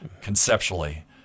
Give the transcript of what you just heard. conceptually